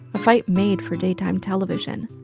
a fight made for daytime television.